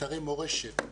אתרי מורשת,